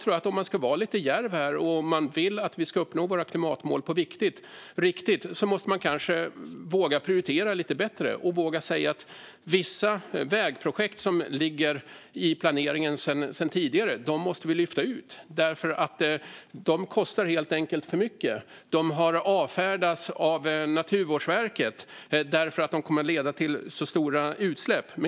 Om man ska vara lite djärv och om man vill att vi ska uppnå våra klimatmål på riktigt tror jag kanske att man måste våga prioritera lite bättre och våga säga att vissa vägprojekt som ligger i planeringen sedan tidigare måste lyftas ut eftersom de helt enkelt kostar för mycket. De har avfärdats av Naturvårdsverket, eftersom de kommer att leda till så stora utsläpp.